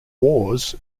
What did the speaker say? wars